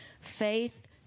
faith